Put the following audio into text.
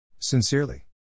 Sincerely